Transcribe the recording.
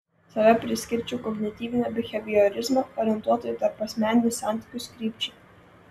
save priskirčiau kognityvinio biheviorizmo orientuoto į tarpasmeninius santykius krypčiai